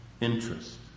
interest